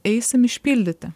eisim išpildyti